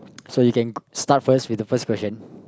so you can start first with the first question